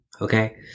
Okay